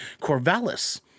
Corvallis